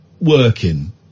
working